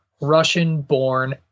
Russian-born